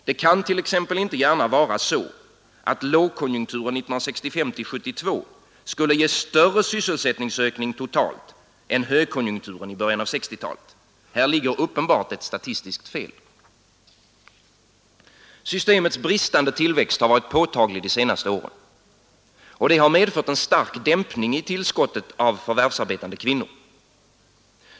Det kan t.ex. inte gärna vara så, att lågkonjunkturen 1965—1972 skulle ge större sysselsättningsökning totalt än högkonjunkturen i början av 1960-talet. Här ligger uppenbart ett statistiskt fel. Systemets bristande tillväxt har varit påtaglig de senaste åren. Den har medfört en stark dämpning i tillskottet av förvärvsarbetande kvinnor.